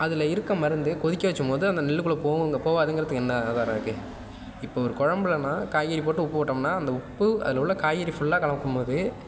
அதில் இருக்க மருந்து கொதிக்க வைக்கும்போது அந்த நெல்லுக்குள்ள போகுங்குற போகாதுங்குறதுக்கு என்ன ஆதாரம் இருக்குது இப்போ ஒரு குழம்புலனா காய்கறி போட்டு உப்பு போட்டோம்ன்னால் உப்பு அதில் உள்ள காய்கறி ஃபுல்லாக கலக்கும் போது